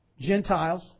Gentiles